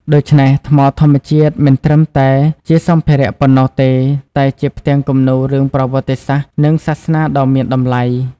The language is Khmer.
ដូច្នេះ ថ្មធម្មជាតិមិនត្រឹមតែជាសម្ភារៈប៉ុណ្ណោះទេ តែជា ផ្ទាំងគំនូររឿងប្រវត្តិសាស្ត្រ និងសាសនា ដ៏មានតម្លៃ។